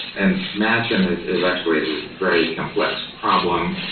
and matching is is actually a very complex problem.